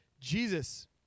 Jesus